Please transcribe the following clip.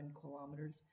kilometers